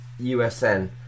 usn